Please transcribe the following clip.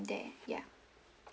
there ya